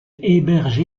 héberge